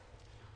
כסף.